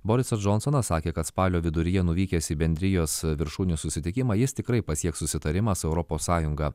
borisas džonsonas sakė kad spalio viduryje nuvykęs į bendrijos viršūnių susitikimą jis tikrai pasieks susitarimą su europos sąjunga